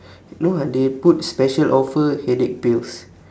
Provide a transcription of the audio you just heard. no ah they put special offer headache pills